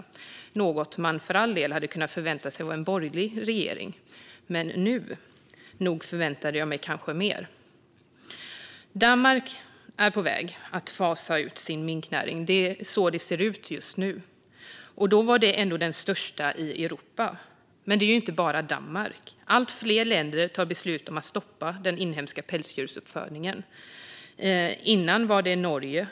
Det är något som man för all del hade kunnat förvänta sig av en borgerlig regering, men nog förväntade jag mig mer av denna. Danmark är på väg att fasa ut sin minknäring. Det är så det ser ut just nu. Det var ändå den största i Europa. Men detta händer inte bara i Danmark. Allt fler länder tar beslut om att stoppa den inhemska pälsdjursuppfödningen. Tidigare var det Norge.